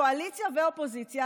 קואליציה ואופוזיציה,